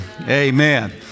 Amen